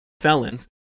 Felons